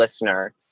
listener